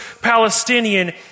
Palestinian